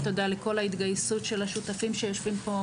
תודה לכל ההתגייסות של השותפים שיושבים פה,